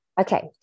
Okay